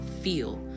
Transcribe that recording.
feel